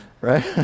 right